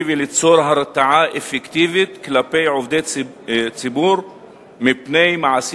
וליצור הרתעה אפקטיבית כלפי עובדי ציבור מפני מעשים